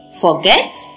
forget